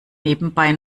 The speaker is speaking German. nebenbei